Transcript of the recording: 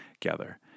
together